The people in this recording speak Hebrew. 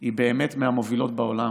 היא באמת מהמובילות בעולם.